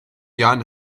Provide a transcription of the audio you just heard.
jahren